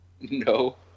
No